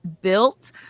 built